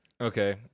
Okay